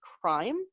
crime